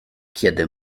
kiedy